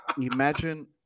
imagine